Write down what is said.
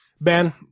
Ben